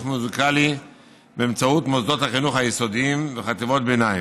מוזיקלי באמצעות מוסדות החינוך היסודיים וחטיבות ביניים.